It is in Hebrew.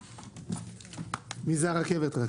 מי זה הרכבת?